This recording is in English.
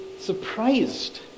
surprised